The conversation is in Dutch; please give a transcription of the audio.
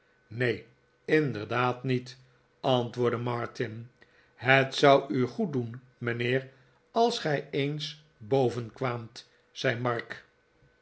neen inderdaad niet antwoordde martin het zou u goed doen mijnheer als gij eens boven kwaamt zei mark